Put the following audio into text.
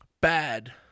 Bad